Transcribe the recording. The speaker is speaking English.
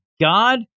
God